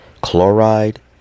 chloride